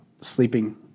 sleeping